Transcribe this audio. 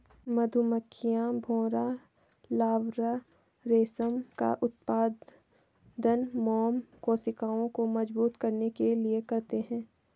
मधुमक्खियां, भौंरा लार्वा रेशम का उत्पादन मोम कोशिकाओं को मजबूत करने के लिए करते हैं